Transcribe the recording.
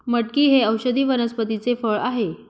मटकी हे औषधी वनस्पतीचे फळ आहे